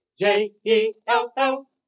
J-E-L-L